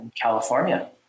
California